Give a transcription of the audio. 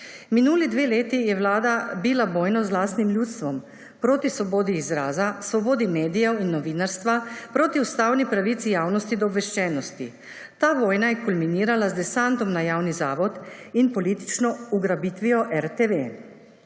Minuli dve leti je vlada bila vojno z lastnim ljudstvom proti svobodi izraza, svobodi medijev in novinarstva, proti ustavni pravici javnosti do obveščenost. Ta vojna je kulminirala z desantom na javni zavod in politično ugrabitvijo RTV.